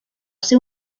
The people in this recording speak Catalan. ser